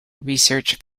research